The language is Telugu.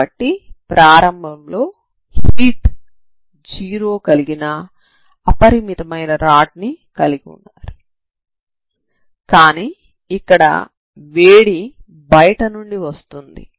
కాబట్టి ప్రారంభంలో హీట్ 0 కలిగిన అపరిమితమైన రాడ్ ని కలిగి ఉన్నారు కానీ ఇక్కడ వేడి బయట నుండి వస్తుంది